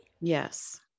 Yes